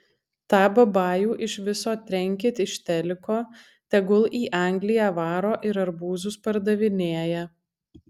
tą babajų iš viso trenkit iš teliko tegul į angliją varo ir arbūzus pardavinėja